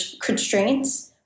constraints